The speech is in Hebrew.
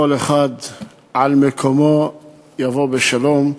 כל אחד על מקומו יבוא בשלום,